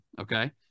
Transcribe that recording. Okay